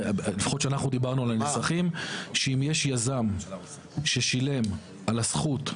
אם יש יזם ששילם על הזכות,